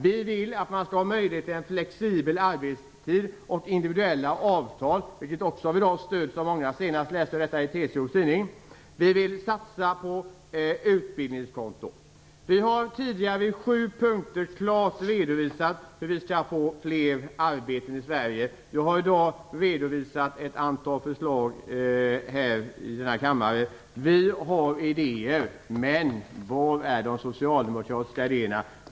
Vi vill att man skall ha möjlighet till en flexibel arbetstid och individuella avtal, något som i dag stöds av många. Jag läste detta senast i TCO:s tidning. Vi vill satsa på utbildningskonton. Vi har tidigare i sju punkter klart redovisat hur vi skall få fler arbeten i Sverige. Vi har i dag redovisat ett antal förslag här i kammaren. Vi har idéer. Var är de socialdemokratiska idéerna?